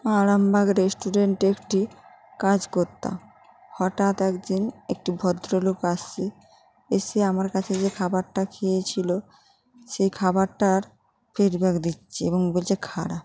আরামবাগ রেস্টুরেন্টে একটি কাজ করতাম হটাৎ এক দিন একটি ভদ্রলোক আসে এসে আমার কাছে যে খাবারটা খেয়েছিলো সেই খাবারটার ফিডব্যাক দিচ্ছে এবং বলছে খারাপ